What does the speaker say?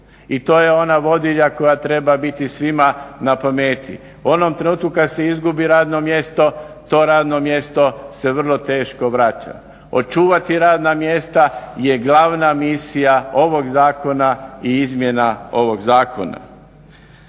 i to je ona vodilja koja treba biti svima na pameti. U onom trenutku kada se izgubi radno mjesto, to radno mjesto se vrlo teško vraća. Očuvati radna mjesta je glavna misija ovog zakona i izmjena ovog zakona.